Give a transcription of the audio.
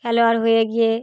খেলোয়াড় হয়ে গিয়ে